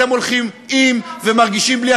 אתם הולכים עם ומרגישים בלי.